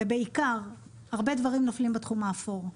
ובעיקר, הרבה דברים נופלים בתחום האפור.